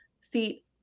see